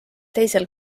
teisel